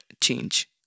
change